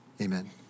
Amen